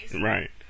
Right